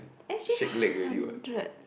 S_G hundred